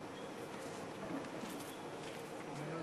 אדוני